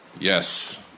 Yes